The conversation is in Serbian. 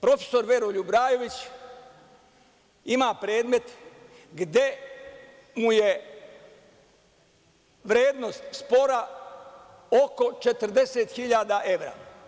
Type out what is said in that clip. Profesor Veroljub Rajović ima predmet gde mu je vrednost spora oko 40 hiljada evra.